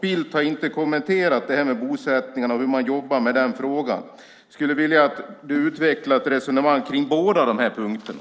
Bildt har inte kommenterat det här med bosättningarna och hur man jobbar med den frågan. Jag skulle vilja att du utvecklar ett resonemang kring båda de här punkterna.